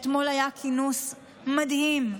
אתמול היה כינוס מדהים,